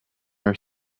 are